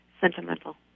sentimental